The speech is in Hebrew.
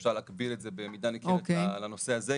שאפשר להקביל את זה במידה ניכרת על הנושא הזה.